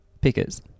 Pickers